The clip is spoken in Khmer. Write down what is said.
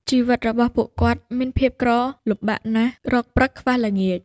ជីវិតរបស់គាត់មានភាពក្រលំបាកណាស់ រកព្រឹកខ្វះល្ងាច។